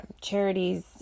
charities